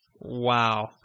Wow